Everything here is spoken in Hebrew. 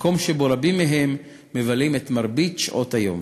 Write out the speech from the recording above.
מקום שבו רבים מהם מבלים את מרבית שעות היום.